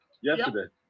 Yesterday